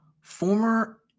former